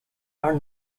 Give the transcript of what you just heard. are